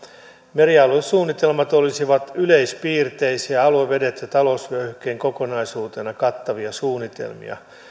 merialuesuunnitelmat olisivat yleispiirteisiä aluevedet ja talousvyöhykkeen kokonaisuutena kattavia suunnitelmia